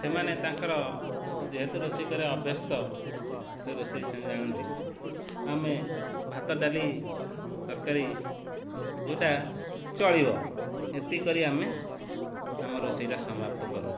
ସେମାନେ ତାଙ୍କର ଯେହେତୁ ରୋଷେଇ ଅଭ୍ୟସ୍ତ ସେ ରୋଷେଇ ସେ ଜାଣନ୍ତି ଆମେ ଭାତ ଡାଲି ତରକାରୀ ଯେଉଁଟା ଚଳିବ ଏତିକି ଆମେ ଆମ ରୋଷେଇଟା ସମାପ୍ତ କରୁ